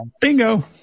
bingo